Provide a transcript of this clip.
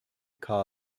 car